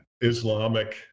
Islamic